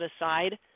aside